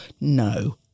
No